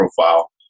profile